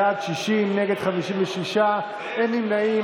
בעד, 60, נגד, 56, אין נמנעים.